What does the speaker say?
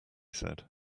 said